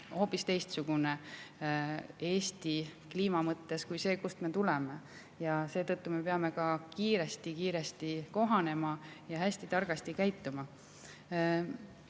hoopis teistsugune Eesti kui see, kust me tuleme. Seetõttu peame me ka kiiresti-kiiresti kohanema ja hästi targasti käituma.